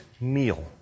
meal